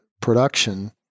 production